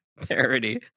parody